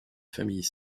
familles